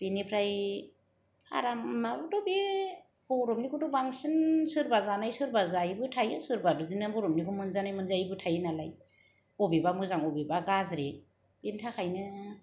बेनिफ्राय आराम माबाबाथ' बे बरफनिखौथ' बांसिन सोरबा जानाय सोरबा जायैबो थायो सोरबा बिदिनो बरफनिखौै मोनजानाय मोनजायैबो थायो नालाय बबेबा मोजां बबेबा गाज्रि बेनि थाखायनो